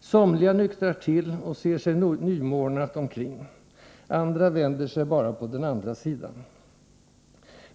Somliga nyktrar till och ser sig nymornat omkring. Andra vänder sig bara på den andra sidan.